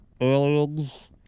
Aliens